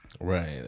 right